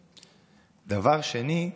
פוליטי, דבר שני,